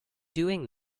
doing